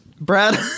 Brad